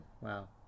Wow